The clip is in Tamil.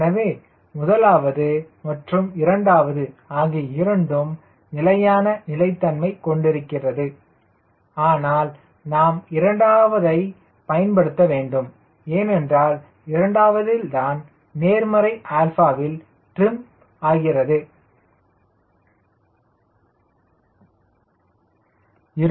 எனவே முதலாவது மற்றும் இரண்டாவது ஆகிய இரண்டும் நிலையான நிலைத்தன்மை கொண்டிருக்கிறது ஆனால் நாம் இரண்டாவதை பயன்படுத்த வேண்டும் ஏனென்றால் இரண்டாவதில் தான் நேர்மறை 𝛼 வில் ட்ரிம் ஆகிறது